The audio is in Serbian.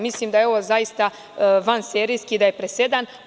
Mislim da je ovo zaista vanserijski i da je presedan.